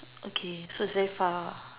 okay so it's very far